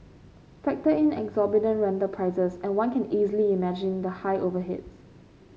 factor in exorbitant rental prices and one can easily imagine the high overheads